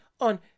on